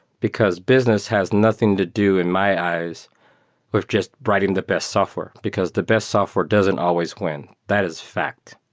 because business has nothing to do in my eyes with just writing the best software, because the best software doesn't always win. that is a fact.